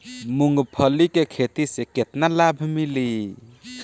मूँगफली के खेती से केतना लाभ मिली?